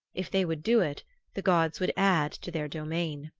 if they would do it the gods would add to their domain.